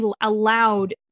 allowed